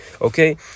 Okay